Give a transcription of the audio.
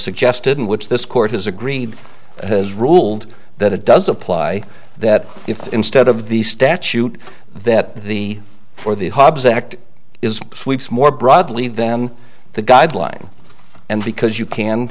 suggested in which this court has agreed has ruled that it does apply that if instead of the statute that the for the hobbs act is sweeps more broadly than the guideline and because you can